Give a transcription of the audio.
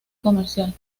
comercial